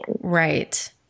right